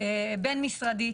בין משרדית